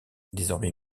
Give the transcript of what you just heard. désormais